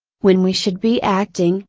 when we should be acting,